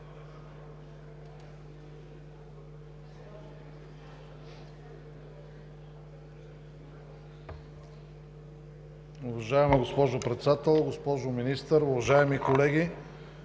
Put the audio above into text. Уважаема госпожо Председател, госпожо Министър, уважаеми колеги!